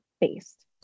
based